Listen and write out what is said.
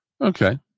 Okay